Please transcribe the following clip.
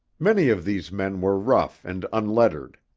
many of these men were rough and unlettered.